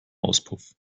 auspuff